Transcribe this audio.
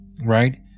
Right